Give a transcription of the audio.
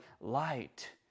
light